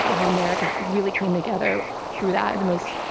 how america really came together through that, the most,